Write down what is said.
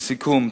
לסיכום,